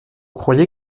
croyez